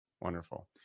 Wonderful